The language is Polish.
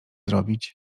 zrobić